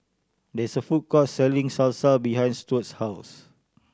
there is a food court selling Salsa behind Stuart's house